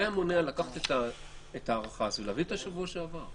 מה היה מונע לקחת את ההארכה הזאת ולהביא אותה בשבוע שעבר?